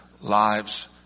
lives